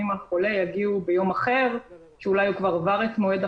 במקום להשקיע בתוך המערכת כדי שמנהל החקירה יוכל לקבל מידע רלוונטי